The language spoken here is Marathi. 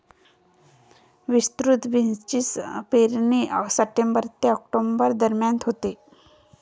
विस्तृत बीन्सची पेरणी सप्टेंबर ते ऑक्टोबर दरम्यान होते